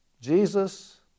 Jesus